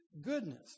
goodness